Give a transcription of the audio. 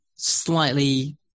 Slightly